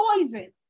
poison